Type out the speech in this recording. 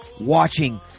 watching